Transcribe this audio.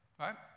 right